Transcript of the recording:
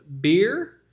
Beer